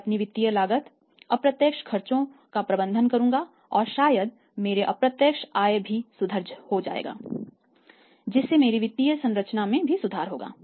मैं अपनी वित्तीय लागत अप्रत्यक्ष खर्चों का प्रबंधन करूंगा और शायद मेरे अप्रत्यक्ष आय में भी सुधार होगा जिससे मेरी वित्तीय संरचना में भी सुधार होगा